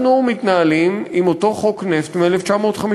אנחנו מתנהלים עם אותו חוק נפט מ-1952,